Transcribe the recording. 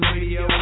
Radio